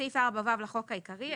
בסעיף 4ו לחוק העיקרי,